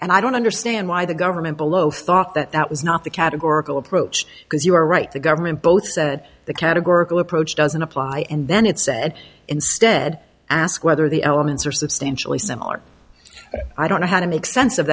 and i don't understand why the government below thought that that was not the categorical approach because you are right the government both said the categorical approach doesn't apply and then it said instead ask whether the elements are substantially similar i don't know how to make sense of